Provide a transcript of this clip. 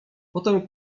potem